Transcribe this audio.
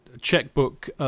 checkbook